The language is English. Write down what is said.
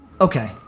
okay